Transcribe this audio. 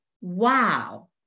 wow